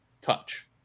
touch